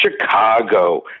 Chicago